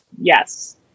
Yes